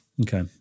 Okay